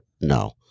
No